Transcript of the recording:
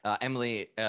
Emily